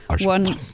One